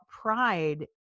pride